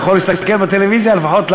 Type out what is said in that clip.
הוא יכול להסתכל בטלוויזיה לפחות,